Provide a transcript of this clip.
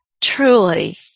truly